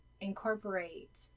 incorporate